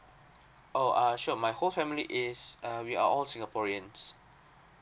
oh err sure my whole family is err we are all singaporeans